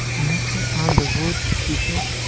meester undervood she said,